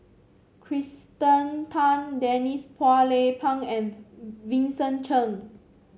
Kirsten Tan Denise Phua Lay Peng and Vincent Cheng